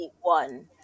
one